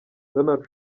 donald